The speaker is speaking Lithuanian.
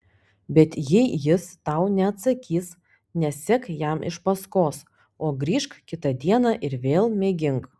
bet jei jis tau neatsakys nesek jam iš paskos o grįžk kitą dieną ir vėl mėgink